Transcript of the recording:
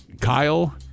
Kyle